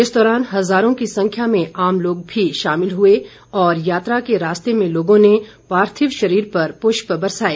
इस दौरान हजारों की संख्या में आम लोग भी शामिल हुए और यात्रा के रास्ते में लोगों ने पार्थिव शरीर पर प्रष्प बरसाए